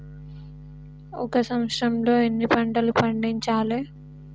ఒక సంవత్సరంలో ఎన్ని పంటలు పండించాలే?